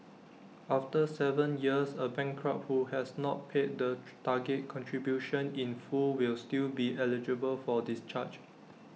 after Seven years A bankrupt who has not paid the target contribution in full will still be eligible for discharge